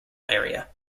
area